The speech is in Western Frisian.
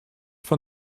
fan